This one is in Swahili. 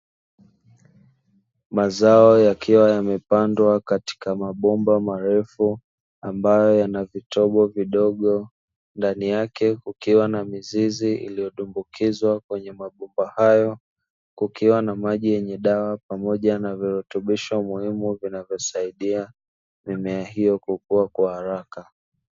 Mazao yakiwa yamepandwa katika mabomba marefu ambayo yana vitobo vidogo. Ndani yake kukiwa na mizizi iliyotumbukizwa kwenye mabomba hayo, kukiwa na maji yenye dawa pamoja na virutubisho muhimu vinavyosaidia mimea hiyo kukua kwa haraka.